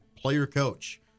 player-coach